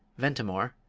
ventimore,